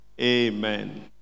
Amen